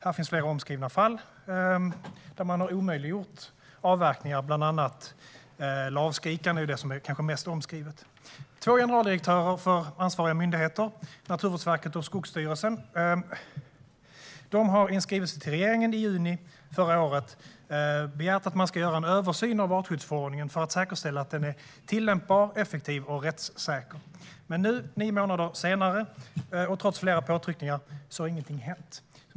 Här finns flera omskrivna fall där man har omöjliggjort avverkningar. Fallet med lavskrikan är kanske det som är mest omskrivet. Generaldirektörerna för de två ansvariga myndigheterna, Naturvårdsverket och Skogsstyrelsen, begärde i en skrivelse till regeringen i juni att man ska göra en översyn av artskyddsförordningen för att säkerställa att den är tillämplig, effektiv och rättssäker. Ännu, nio månader senare och trots flera påtryckningar, har ingenting hänt.